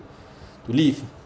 leave